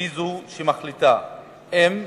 והיא זו שמחליטה אם,